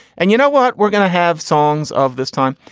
and you know what? we're gonna have songs of this time.